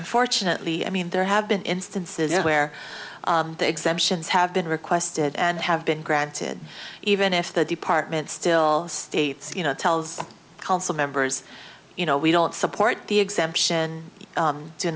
unfortunately i mean there have been instances where the exemptions have been requested and have been granted even if the department still states you know tells council members you know we don't support the exemption you do